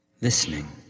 listening